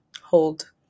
hold